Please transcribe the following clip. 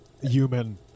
Human